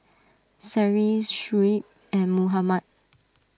Seri Shuib and Muhammad